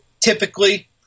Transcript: Typically